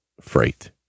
Freight